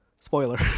spoiler